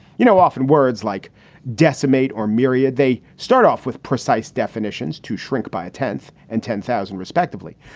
you know, often words like decimate or miria. they start off with precise definitions to shrink by a tenth. and ten thousand respectively.